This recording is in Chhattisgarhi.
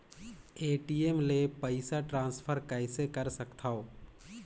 ए.टी.एम ले पईसा ट्रांसफर कइसे कर सकथव?